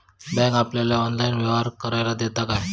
Bank आपल्याला online व्यवहार करायला देता काय?